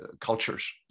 cultures